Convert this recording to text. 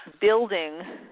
building